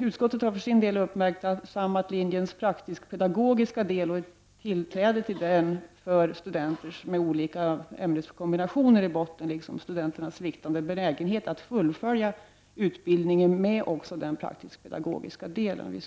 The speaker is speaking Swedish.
Utskottet har för sin del uppmärksammat linjens praktisk-pedagogiska del och tillträdet till denna för studenter med olika ämneskombinationer i botten, liksom studenternas sviktande benägenhet att fullfölja utbildningen med också den praktisk-pedagogiska delen.